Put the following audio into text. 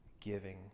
giving